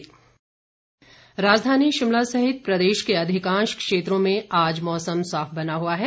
मौसम राजधानी शिमला सहित प्रदेश के अधिकांश क्षेत्रों में आज मौसम साफ बना हुआ है